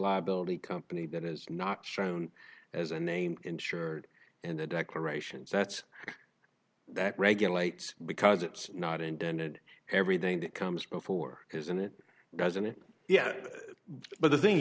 liability company that is not shown as a named insured and the declarations that's that regulates because it's not intended everything that comes before isn't it doesn't it yeah but the thing